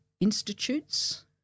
institutes